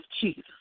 Jesus